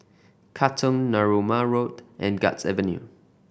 Katong Narooma Road and Guards Avenue